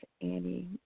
Annie